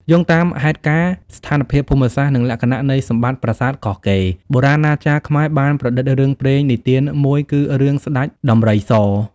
យោងតាមហេតុការណ៍ ស្ថានភាពភូមិសាស្ត្រ និងលក្ខណៈនៃសម្បត្តិប្រាសាទ កោះកេរ បុរាណាចារ្យខ្មែរបានប្រឌិតរឿងព្រេងនិទានមួយគឺរឿង ស្តេចដំរីស។